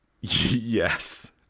Yes